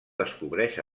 descobreix